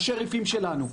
השריפים שלנו,